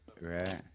Right